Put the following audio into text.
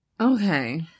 Okay